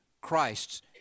Christ's